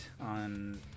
on